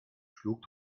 schlug